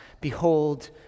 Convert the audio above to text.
behold